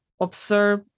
observe